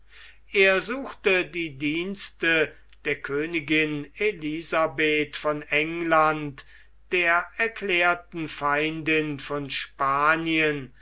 er suchte die dienste der königin elisabeth von england der erklärten feindin von spanien